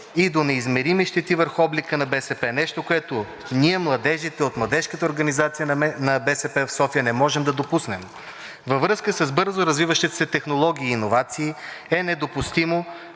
и до неизмерими щети върху облика на БСП. Нещо, което ние, младежите на Младежката организация на БСП в София, не можем да допуснем! Във времето на бързоразвиващите се технологии и иновации е недопустимо